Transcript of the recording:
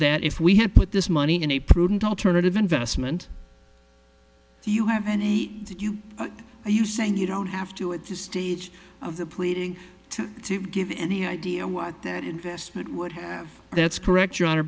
that if we had put this money in a prudent alternative investment do you have any did you are you saying you don't have to at this stage of the pleading to give any idea what that investment would have that's correct your hon